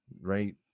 right